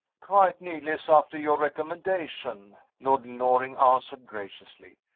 quite needless, after your recommendation, lord loring answered, graciously.